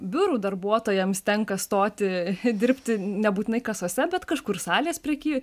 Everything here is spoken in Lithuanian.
biurų darbuotojams tenka stoti dirbti nebūtinai kasose bet kažkur salės preky